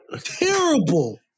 terrible